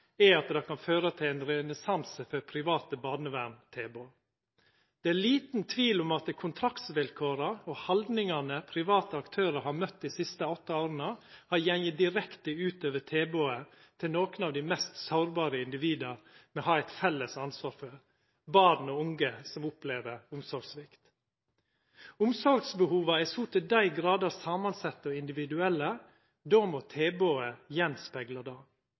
regjering, at det kan føra til ein renessanse for private barnevernstilbod. Det er liten tvil om at kontraktsvilkåra og haldningane private aktørar har møtt dei siste åtte åra, har gått direkte ut over tilbodet til nokon av dei mest sårbare individa me har eit felles ansvar for: barn og unge som opplever svikt i omsorga. Omsorgsbehova er så til dei gradar samansette og individuelle. Då må tilbodet spegla det